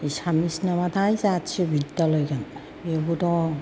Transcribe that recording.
एसामिस नामाथाय जाथिय' बिद्दालय दं बेबो दं